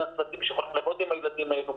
ומי הצוותים שהולכים לעבוד עם הילדים האלו.